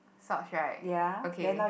socks right okay